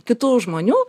kitų žmonių